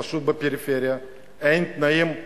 פשוט בפריפריה אין תנאים,